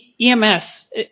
EMS